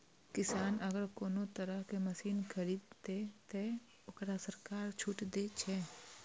किसान अगर कोनो तरह के मशीन खरीद ते तय वोकरा सरकार छूट दे छे?